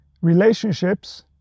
relationships